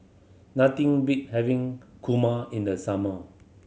nothing beat having kurma in the summer